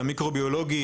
המיקרוביולוגית.